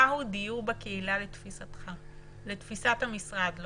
לתפיסת המשרד.